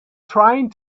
trying